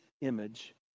image